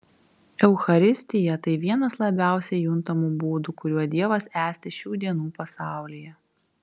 eucharistija tai vienas labiausiai juntamų būdų kuriuo dievas esti šių dienų pasaulyje